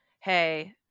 Hey